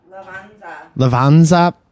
Lavanza